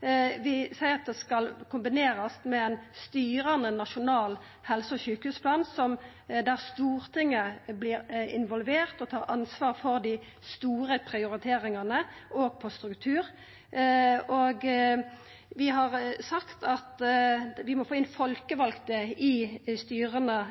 Vi seier at det skal kombinerast med ein styrande nasjonal helse- og sjukehusplan der Stortinget vert involvert og tar ansvar for dei store prioriteringane, òg på struktur, og vi har sagt at vi må få inn folkevalde i styra